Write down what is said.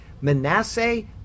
Manasseh